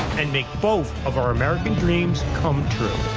and make both of our american dreams come true.